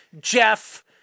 Jeff